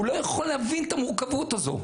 הוא לא יכול להבין את המורכבות הזאת.